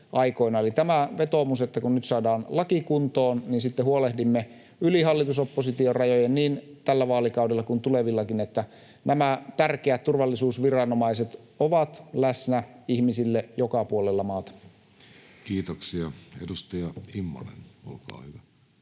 Eli tämä on vetoomus, että kun nyt saadaan laki kuntoon, niin sitten huolehdimme yli hallitus —oppositio-rajan niin tällä vaalikaudella kuin tulevillakin, että nämä tärkeät turvallisuusviranomaiset ovat läsnä ihmisille joka puolella maata. Kiitoksia. — Edustaja Immonen, olkaa hyvä.